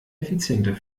effizienter